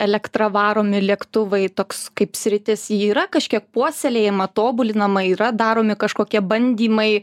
elektra varomi lėktuvai toks kaip sritis ji yra kažkiek puoselėjama tobulinama yra daromi kažkokie bandymai